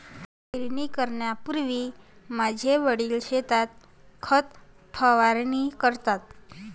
पेरणी करण्यापूर्वी माझे वडील शेतात खत फवारणी करतात